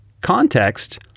Context